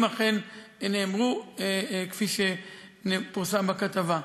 אם אכן נאמרו כפי שפורסם בכתבה.